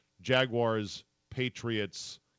Jaguars-Patriots